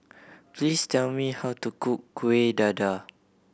please tell me how to cook Kueh Dadar